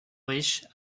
riche